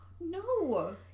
No